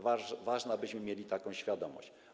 Ważne, abyśmy mieli taką świadomość.